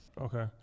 Okay